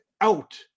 out